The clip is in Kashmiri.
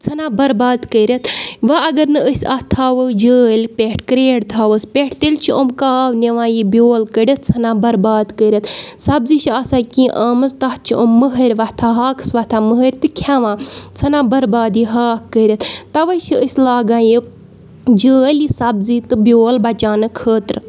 ژھٔنان بَرباد کٔرِتھ وَ اگر نہٕ أسۍ اَتھ تھاوَو جٲلۍ پٮ۪ٹھ کرٛیڈ تھاووَس پٮ۪ٹھ تیٚلہِ چھِ یِم کاو نِوان یہِ بیول کٔڑِتھ ژھٔنان بَرباد کٔرِتھ سبزی چھِ آسان کینٛہہ آمٕژ تَتھ چھِ أم مٔہٕرۍ وۄتھان ہاکَس وۄتھان مٔہٕرۍ تہٕ کھٮ۪وان ژھٔنان بَرباد یہِ ہاکھ کٔرِتھ تَوَے چھِ أسۍ لاگان یہِ جٲلۍ یہِ سبزی تہٕ بیول بَچاونہٕ خٲطرٕ